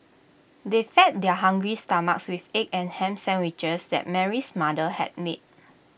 they fed their hungry stomachs with egg and Ham Sandwiches that Mary's mother had made